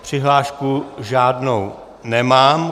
Přihlášku žádnou nemám.